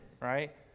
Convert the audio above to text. right